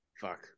Fuck